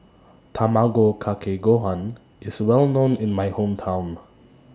Tamago Kake Gohan IS Well known in My Hometown